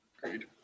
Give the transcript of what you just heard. Great